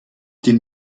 den